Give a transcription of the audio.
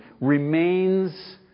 remains